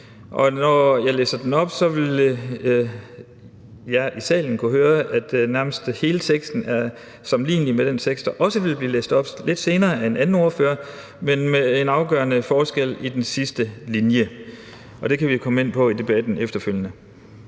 og når jeg læser den op, vil I, der er i salen, kunne høre, at nærmest hele teksten er identisk med den tekst, der også vil blive læst op lidt senere af en anden ordfører, men med en afgørende forskel i den sidste linje, og det kan vi jo komme ind på i debatten efterfølgende: